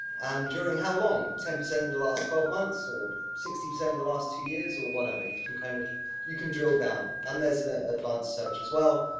and, during how long? ten percent in the last twelve months, or sixty percent in the last two years, or whatever. you can, kind of you can drill down, and there's an ah advanced search as well,